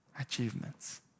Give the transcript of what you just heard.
achievements